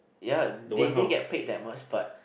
ya they they get paid that much but